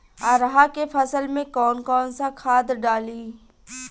अरहा के फसल में कौन कौनसा खाद डाली?